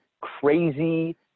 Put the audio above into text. crazy